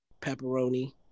pepperoni